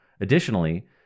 Additionally